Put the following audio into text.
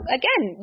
again